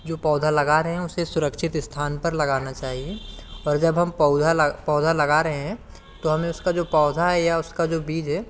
जो पौधा लगा रहे हों उसे सुरक्षित इस्थान पर लगाना चाहिए और जब हम पौधा ला पौधा लगा रहे हैं तो हमें उसका जो पौधा है या उसका जो बीज है